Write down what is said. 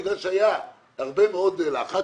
בגלל שהיה הרבה מאוד לחץ,